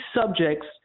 subjects